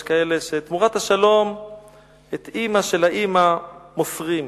יש כאלה שתמורת השלום את אמא של האמא מוסרים,